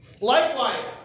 Likewise